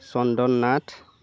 Chandan Nath